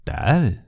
tal